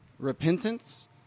repentance